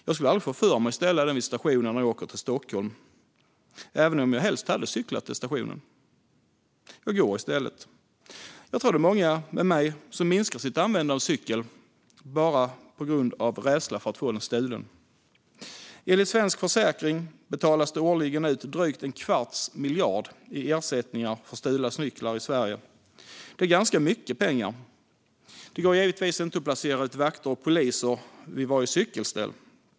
Jag skulle aldrig få för mig att ställa den vid stationen när jag åker till Stockholm, även om jag helst hade cyklat till stationen. Jag går i stället. Jag tror att många liksom jag minskar sitt användande av cykel på grund av rädsla för att få den stulen. Enligt Svensk Försäkring betalas det årligen ut drygt en kvarts miljard i ersättningar för stulna cyklar i Sverige. Det är ganska mycket pengar. Det går givetvis inte att placera ut vakter eller poliser vid varje cykelställ.